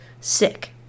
Sick